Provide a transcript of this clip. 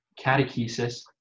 catechesis